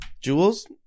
jewels